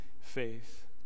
faith